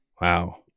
wow